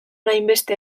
hainbeste